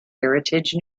heritage